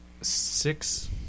six